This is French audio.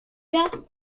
cas